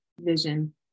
vision